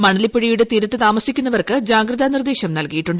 മണലിപ്പുഴയുടെ തീരത്ത് താമസിക്കുന്നവർക്ക് ജാഗ്രത്യിർദ്ദേശം നൽകിയിട്ടുണ്ട്